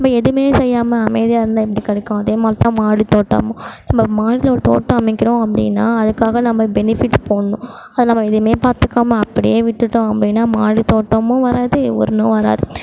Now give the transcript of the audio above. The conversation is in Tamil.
நம்ம எதுவும் செய்யாமல் அமைதியாக இருந்தால் எப்படி கிடைக்கும் அதேமாதிரி தான் மாடி தோட்டம் நம்ம மாடியில் ஒரு தோட்டம் அமைக்கிறோம் அப்படின்னா அதுக்காக நம்ம பெனிஃபிட்ஸ் போடணும் அது நம்ம எதுவும் பாத்துக்காமல் அப்படியே விட்டுவிட்டோம் அப்படின்னா மாடி தோட்டமும் வராது ஒன்றும் வராது